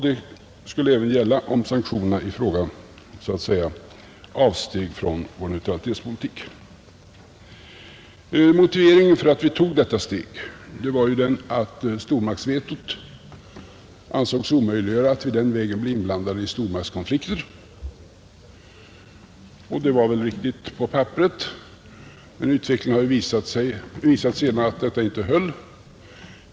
Detta skulle även gälla om sanktionerna i fråga innebar avsteg från vår neutralitetspolitik. Motiveringen för att vi tog detta steg var ju, att stormaktsvetot ansågs omöjliggöra att vi på denna väg skulle bli inblandade i stormaktskonflikter. Det var väl också riktigt på papperet, men utvecklingen har ju senare visat att detta inte höll.